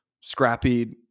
scrappy